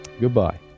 Goodbye